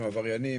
עבריינים,